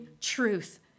truth